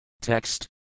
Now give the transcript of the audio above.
Text